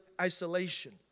isolation